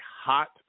hot